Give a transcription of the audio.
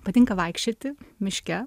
patinka vaikščioti miške